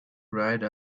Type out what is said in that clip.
ride